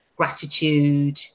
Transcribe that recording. gratitude